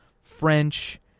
French